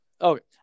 Okay